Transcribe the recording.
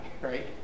right